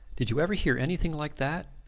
did you ever hear anything like that?